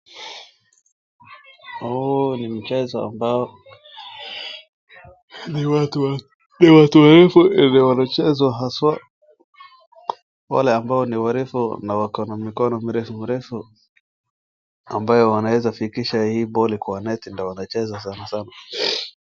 Huu ni mchezo ambao ni watu warefu wanacheza haswa wale ambao ni warefu na wakona mikono refurefu ambao wanaweza fikisha hii boli kwa neti ndio wanacheza sanasana.